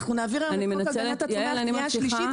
נעביר היום --- בקריאה השלישית,